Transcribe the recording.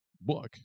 book